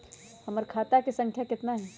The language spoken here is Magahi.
हमर खाता के सांख्या कतना हई?